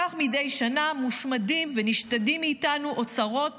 כך, מדי שנה מושמדים ונשדדים מאיתנו אוצרות